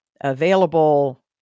available